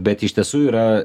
bet iš tiesų yra